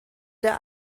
der